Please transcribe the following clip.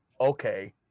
Okay